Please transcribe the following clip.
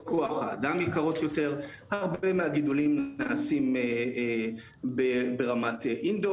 אתם יודעים שכשהגשנו את הבג"ץ אף חברה לא הסכימה להיות ראשונה?